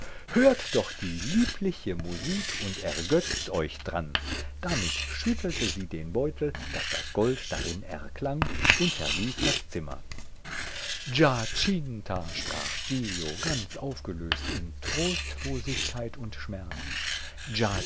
hört doch die liebliche musik und ergötzt euch dran damit schüttelte sie den beutel daß das gold darin erklang und verließ das zimmer giacinta sprach giglio ganz aufgelöst in trostlosigkeit und schmerz